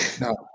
no